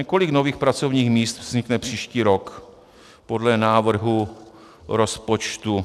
Kolik nových pracovních míst vznikne příští rok podle návrhu rozpočtu?